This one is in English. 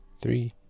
Three